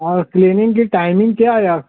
اور کلیننگ کی ٹائمنگ کیا ہے آپ